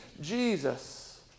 Jesus